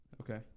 Okay